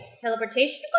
Teleportation